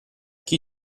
chi